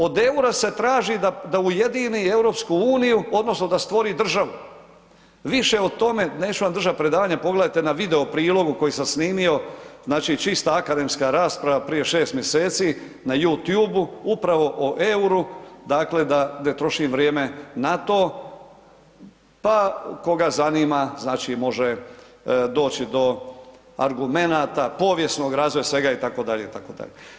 Od EUR-a se traži da ujedini EU odnosno da stvori državu, više o tome neću vam držati predavanje pogledajte na video prilogu koji sam snimio, znači čista akademska rasprava prije 6 mjeseci na Youtube-u upravo o EUR-u dakle da ne trošim vrijeme na to, pa koga zanima znači može doći do argumenata, povijesnog razvoja sveg itd., itd.